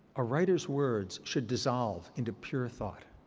a writer's words should dissolve into pure thought.